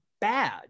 bad